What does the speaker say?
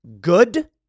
good